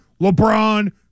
LeBron